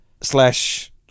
slash